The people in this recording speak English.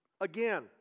Again